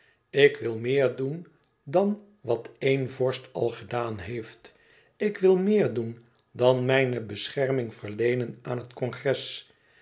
ik wil meer doen dan wat één vorst al gedaan heeft ik wil meer doen dan mijne bescherming verleenen aan het congres